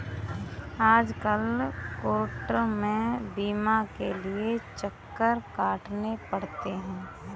आजकल कोर्ट में बीमा के लिये चक्कर काटने पड़ते हैं